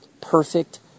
perfect